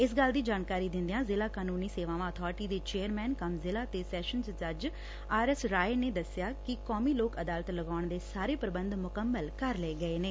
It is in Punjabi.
ਇਸ ਗੱਲ ਦੀ ਜਾਣਕਾਰੀ ਦਿਂਦਿਆਂ ਜ਼ਿਲ੍ਹਾ ਕਾਨੂੰਨੀ ਸੇਵਾਵਾਂ ਅਬਾਰਟੀ ਦੇ ਚੇਅਰਮੈਨ ਕਮ ਜ਼ਿਲ੍ਹਾ ਤੇ ਸੈਸ਼ਨਜ਼ ਜੱਜ ਆਰਐਸਰਾਏ ਨੇ ਦੱਸਿਆ ਕਿ ਕੌਮੀ ਲੂੱਕ ਅਦਾਲਤ ਲਗਾਉਣ ਦੇ ਸਾਰੇ ਪ੍ਬੰਧ ਮੁਕੰਮਲ ੱਕਰ ਲਏ ਗਏ ਨੇ